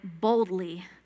boldly